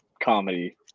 comedy